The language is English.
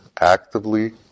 actively